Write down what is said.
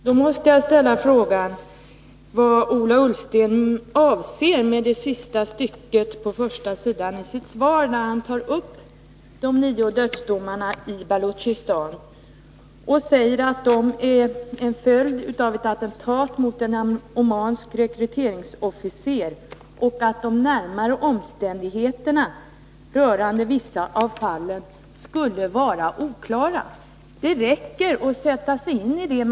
Bostadsministern blev i maj uppvaktad av en förening, kallad Kvinnors byggforum, med anledning av det pågående arbetet med ny planoch bygglag. I samband med uppvaktningen presenterades ett antal förslag till förändringar i planoch bygglagen för att planläggning på alla nivåer skall ske så att jämställdhet mellan män och kvinnor främjas.